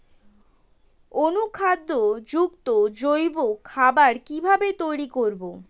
অনুখাদ্য যুক্ত জৈব খাবার কিভাবে তৈরি করব?